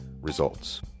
Results